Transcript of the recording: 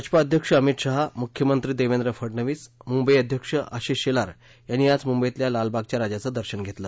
भाजपा अध्यक्ष अमित शहा मुख्यमंत्री देवेंद्र फडनवीस मुंबई अध्यक्ष आशिष शेलार यांनी आज मुंबईतल्या लालबागच्या राजाचं दर्शन घेतलं